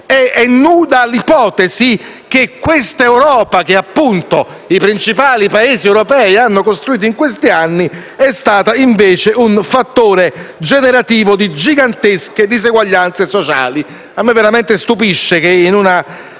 Europa, l'ipotesi d'Europa che i principali Paesi europei hanno costruito in questi anni, che è stata un fattore generativo di gigantesche diseguaglianze sociali. A me veramente stupisce che in una